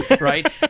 right